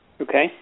Okay